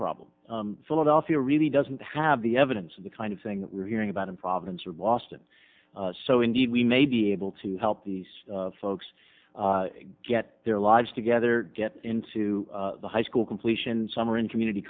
problem philadelphia really doesn't have the evidence of the kind of thing that we're hearing about in providence or boston so indeed we may be able to help these folks get their lives together get into high school completion some are in community